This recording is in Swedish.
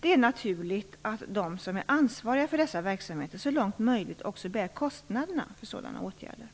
Det är naturligt att de som är ansvariga för dessa verksamheter så långt möjligt också bär kostnaderna för sådana åtgärder.